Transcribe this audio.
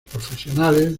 profesionales